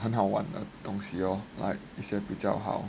很好玩的东西 or like 一些比较好